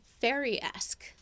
fairy-esque